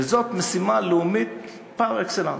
וזאת משימה לאומית פר-אקסלנס,